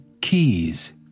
keys